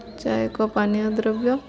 ଚା ଏକ ପାନୀୟ ଦ୍ରବ୍ୟ